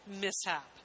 mishap